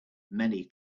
many